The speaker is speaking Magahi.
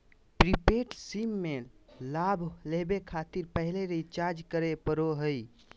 प्रीपेड सिम में लाभ लेबे खातिर पहले रिचार्ज करे पड़ो हइ